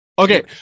Okay